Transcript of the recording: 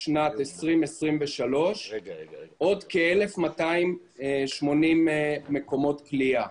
שנת 2023 עוד כ-1,280 מקומות כליאה.